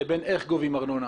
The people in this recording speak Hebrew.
לבין איך גובים ארנונה.